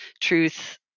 truth